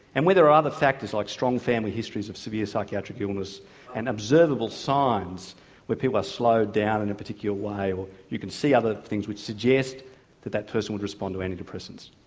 and where there are other factors like strong family histories of severe psychiatric illness and observable signs where people have slowed down in a particular way, or you can see other things which suggest that that person would respond to antidepressants.